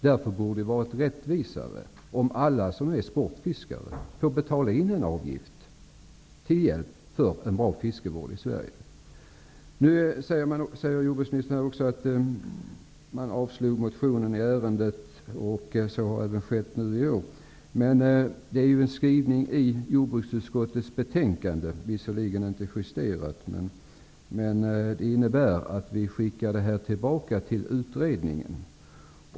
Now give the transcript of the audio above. Därför vore det mer rättvist att alla som är sportfiskare fick betala in en avgift till hjälp för en bra fiskevård i Sverige. Jordbruksministern säger nu här också att man avstyrkte motionen i ärendet. Det har skett nu i år. Men det finns ju en skrivning i jordbruksutskottets betänkande, vilket visserligen inte är justerat, som ledde till att vi skickade tillbaka detta till utredningen.